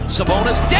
Sabonis